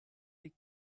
les